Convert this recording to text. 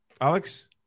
Alex